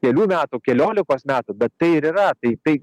kelių metų keliolikos metų bet tai ir yra tai tai